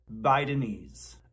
Bidenese